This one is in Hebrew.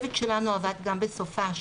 הצוות שלנו עבד גם בסופ"ש.